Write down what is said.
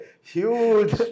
huge